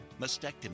mastectomy